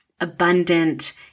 abundant